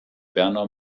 berner